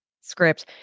script